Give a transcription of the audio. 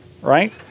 right